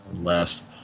last